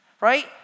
Right